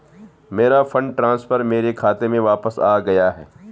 मेरा fund transfer मेरे खाते में वापस आ गया है